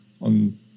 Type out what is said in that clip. on